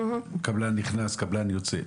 קבלן נכנס וקבלן יוצא,